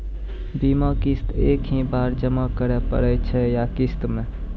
बीमा किस्त एक ही बार जमा करें पड़ै छै या किस्त मे?